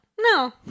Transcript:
no